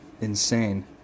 insane